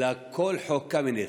אלא כל חוק קמיניץ,